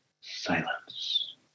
silence